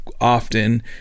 often